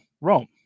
Rome